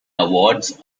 awards